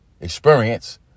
experience